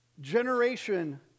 generation